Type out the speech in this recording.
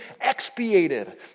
expiated